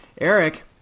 Eric